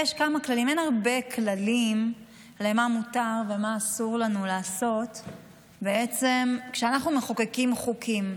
אין הרבה כללים מה מותר ומה אסור לנו לעשות כשאנחנו מחוקקים חוקים.